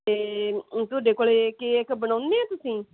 ਅਤੇ ਤੁਹਾਡੇ ਕੋਲ ਕੇਕ ਬਣਾਉਂਦੇ ਹੋ ਤੁਸੀਂ